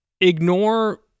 ignore